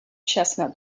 chestnut